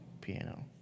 piano